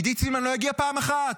עידית סילמן לא הגיעה פעם אחת.